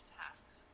tasks